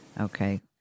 Okay